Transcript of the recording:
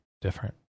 different